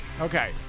Okay